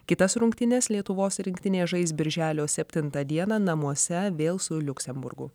kitas rungtynes lietuvos rinktinė žais birželio septintą dieną namuose vėl su liuksemburgu